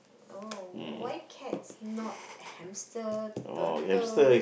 oh why cats not hamster turtle